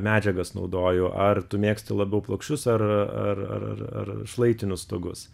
medžiagas naudoju ar tu mėgsti labiau plokščius ar ar ar šlaitinius stogus